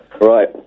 Right